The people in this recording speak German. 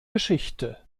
geschichte